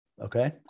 Okay